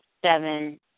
seven